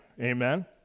Amen